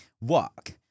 Walk